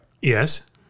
Yes